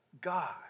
God